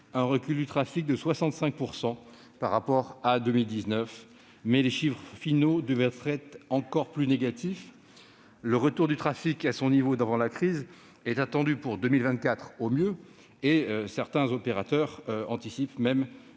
un recul du trafic de 65 % par rapport à 2019, mais les chiffres finaux devraient être encore plus négatifs. Le retour du trafic à son niveau d'avant-crise est attendu pour 2024 au mieux, certains opérateurs anticipant même que